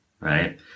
right